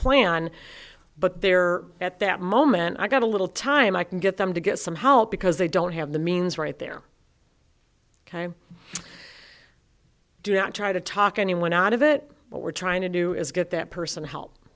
plan but they're at that moment i got a little time i can get them to get some help because they don't have the means right there do not try to talk anyone out of it what we're trying to do is get that person help